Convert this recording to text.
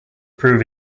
prove